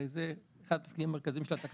הרי זה אחד התפקידים המרכזיים של התקנות.